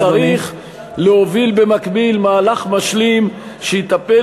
וצריך להוביל במקביל מהלך משלים שיטפל